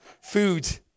food